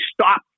stop